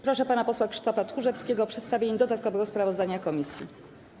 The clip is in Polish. Proszę pana posła Krzysztofa Tchórzewskiego o przedstawienie dodatkowego sprawozdania komisji.